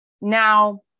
now